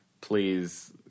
Please